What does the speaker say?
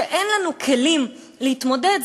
כשאין לנו כלים להתמודד,